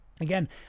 again